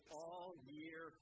all-year